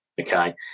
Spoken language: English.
okay